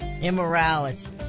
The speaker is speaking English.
immorality